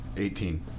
Eighteen